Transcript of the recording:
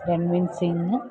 Ranveer Singh